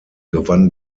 gewann